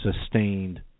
sustained